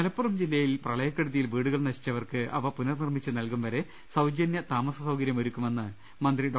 മലപ്പുറം ജില്ലയിൽ പ്രളയക്കെടുതിയിൽ വീടുകൾ നശിച്ചവർക്ക് അവ പുനർനിർമ്മിച്ച് നൽകും വരെ സൌജനൃ താമസ സൌകരൃം ഒരുക്കുമെന്ന് മന്ത്രി ഡോ